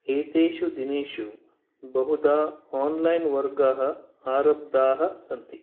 एतेषु दिनेषु बहुधा ओन्लैन् वर्गाः आरब्धाः सन्ति